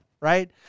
right